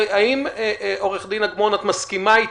עו"ד אגמון, האם את מסכימה אתי,